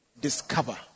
discover